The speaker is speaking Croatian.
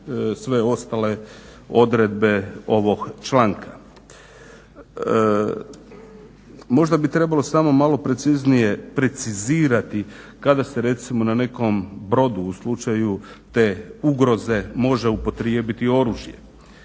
sve ostale odredbe ovog članka. Možda bi trebalo samo malo preciznije precizirati kada se recimo na nekom brodu u slučaju te ugroze može upotrijebiti oružje.